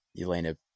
Elena